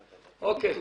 אוקיי.